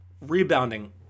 Rebounding